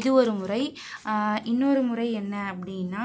இது ஒரு முறை இன்னொரு முறை என்ன அப்படின்னா